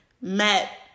met